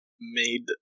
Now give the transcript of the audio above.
made